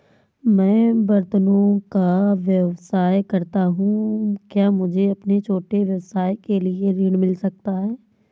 मैं बर्तनों का व्यवसाय करता हूँ क्या मुझे अपने छोटे व्यवसाय के लिए ऋण मिल सकता है?